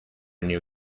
new